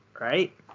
right